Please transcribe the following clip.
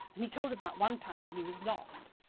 and he told about one time when he was lost,